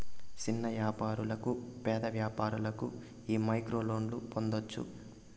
సిన్న యాపారులకు, పేద వ్యాపారులకు ఈ మైక్రోలోన్లు పొందచ్చట